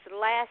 last